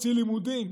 חצי לימודים.